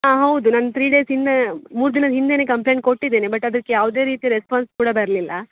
ಹಾಂ ಹೌದು ನಾನು ತ್ರೀ ಡೇಸ್ ಇನ್ನು ಮೂರು ದಿನದ ಹಿಂದೆಯೇ ಕಂಪ್ಲೇಂಟ್ ಕೊಟ್ಟಿದ್ದೇನೆ ಬಟ್ ಅದಕ್ಕೆ ಯಾವುದೇ ರೀತಿ ರೆಸ್ಪೋನ್ಸ್ ಕೂಡ ಬರಲಿಲ್ಲ